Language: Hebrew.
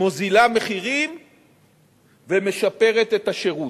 מוזילה מחירים ומשפרת את השירות.